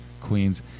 Queens